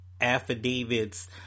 Affidavits